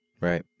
Right